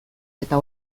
eta